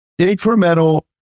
incremental